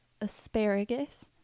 asparagus